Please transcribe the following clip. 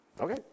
Okay